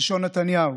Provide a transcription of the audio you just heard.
לשון נתניהו,